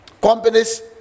companies